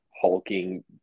hulking